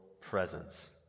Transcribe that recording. presence